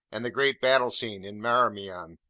and the great battle scene in marmion,